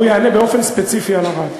והוא יענה באופן ספציפי על ערד.